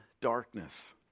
darkness